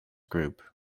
group